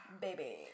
Baby